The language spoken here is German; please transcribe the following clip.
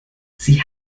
sie